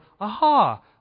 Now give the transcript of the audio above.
aha